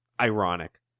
Ironic